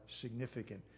significant